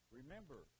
remember